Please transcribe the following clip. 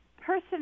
person